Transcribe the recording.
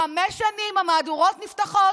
חמש שנים המהדורות נפתחות